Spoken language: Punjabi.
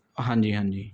ਹਾਂਜੀ ਹਾਂਜੀ